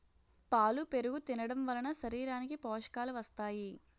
పాలు పెరుగు తినడంవలన శరీరానికి పోషకాలు వస్తాయి